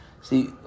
see